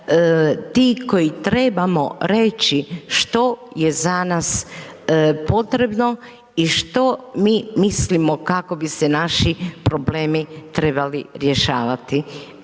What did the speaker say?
ti koji trebamo reći što je za nas potrebno i što mi mislimo kako bi se naši problemi trebali rješavati.